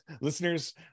listeners